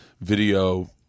video